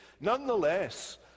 nonetheless